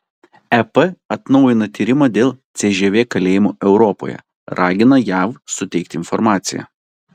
ep atnaujina tyrimą dėl cžv kalėjimų europoje ragina jav suteikti informaciją